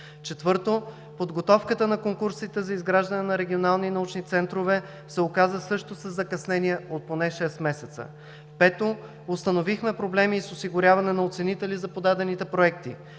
Четвърто, подготовката на конкурсите за изграждане на регионални научни центрове се оказа също със закъснение от поне 6 месеца. Пето, установихме проблеми с осигуряване на оценители за подадените проекти.